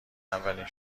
اولین